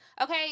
Okay